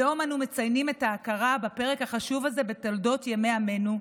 היום אנו מציינים את ההכרה בפרק החשוב הזה בתולדות ימי עמנו,